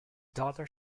daughter